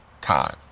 time